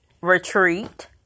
retreat